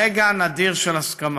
רגע נדיר של הסכמה.